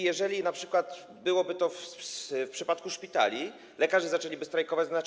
Jeżeli np. byłoby to w przypadku szpitali, że lekarze zaczęliby strajkować, to co?